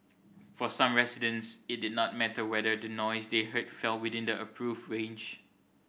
for some residents it did not matter whether the noise they heard fell within the approved range